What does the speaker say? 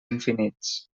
infinits